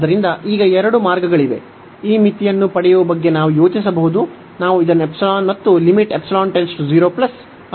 ಆದ್ದರಿಂದ ಈಗ ಎರಡು ಮಾರ್ಗಗಳಿವೆ ಈ ಮಿತಿಯನ್ನು ಪಡೆಯುವ ಬಗ್ಗೆ ನಾವು ಯೋಚಿಸಬಹುದು ನಾವು ಇದನ್ನು ಮತ್ತು ಅನ್ನು ಪರಿಚಯಿಸುತ್ತೇವೆ